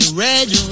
red